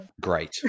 Great